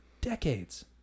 decades